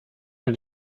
mit